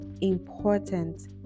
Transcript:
important